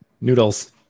Noodles